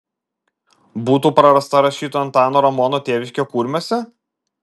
būtų prarasta rašytojo antano ramono tėviškė kurmiuose